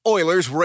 Oilers